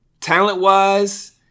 talent-wise